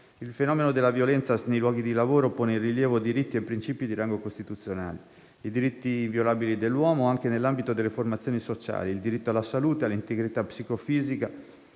Il fenomeno della violenza nei luoghi di lavoro pone in rilievo diritti e principi di rango costituzionale e diritti inviolabili dell'uomo anche nell'ambito delle formazioni sociali: il diritto alla salute e all'integrità psicofisica,